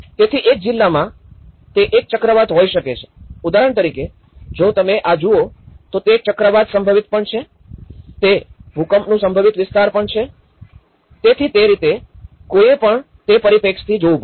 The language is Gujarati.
તેથી એક જ જિલ્લામાં તે એક ચક્રવાત હોઈ શકે છે ઉદાહરણ તરીકે જો તમે આ જુઓ તો તે એક ચક્રવાત સંભવિત પણ છે તે ભૂકંપનું સંભવિત વિસ્તાર પણ છે તેથી તે રીતે કોઈએ પણ તે પરિપેક્ષથી જોવું પડશે